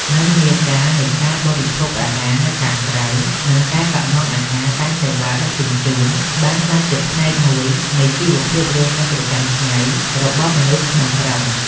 និន្នាការនៃការបរិភោគអាហារនៅខាងក្រៅ និងការកម្មង់អាហារតាមសេវាដឹកជញ្ជូន បានក្លាយជាផ្នែកមួយនៃជីវភាពរស់នៅប្រចាំថ្ងៃរបស់មនុស្សក្នុងក្រុង។